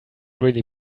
really